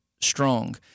strong